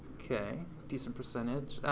okay, decent percentage.